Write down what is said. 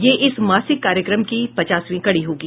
यह इस मासिक कार्यक्रम की पचासवीं कड़ी होगी